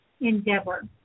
endeavor